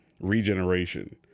regeneration